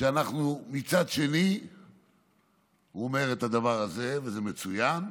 הוא אומר את הדבר הזה, וזה מצוין,